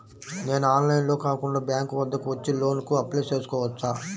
నేను ఆన్లైన్లో కాకుండా బ్యాంక్ వద్దకు వచ్చి లోన్ కు అప్లై చేసుకోవచ్చా?